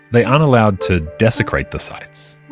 they aren't allowed to desecrate the sites.